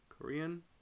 korean